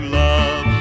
love